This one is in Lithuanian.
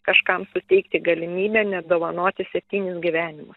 kažkam suteikti galimybę net dovanoti septynis gyvenimus